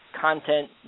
content